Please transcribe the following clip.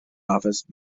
office